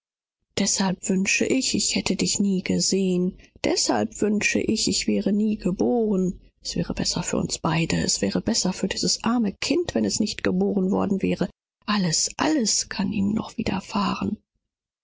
grund weshalb ich wollte ich hätte dich nie gesehen weshalb ich wünschte ich wäre nie geboren worden es wäre für uns beide besser gewesen es wäre für dieses arme kind besser gewesen wenn es nie geboren worden wäre alles dies kann ihm auch noch